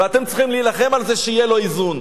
ואתם צריכים להילחם על זה שיהיה בו איזון.